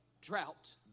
Drought